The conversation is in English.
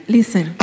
Listen